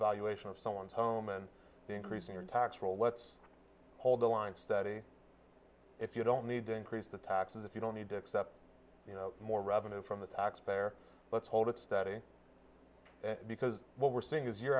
valuation of someone's home and increasing your tax let's hold the line steady if you don't need to increase the taxes if you don't need to accept you know more revenue from the taxpayer let's hold it steady because what we're seeing is year